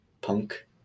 punk